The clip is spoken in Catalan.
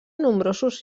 nombrosos